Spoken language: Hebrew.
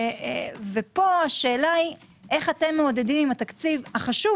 פה השאלה היא איך אתם מעודדים עם התקציב החשוב